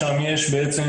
שם יש בעצם,